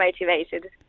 motivated